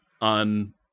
on